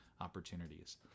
opportunities